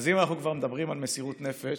אם אנחנו כבר מדברים על מסירות נפש,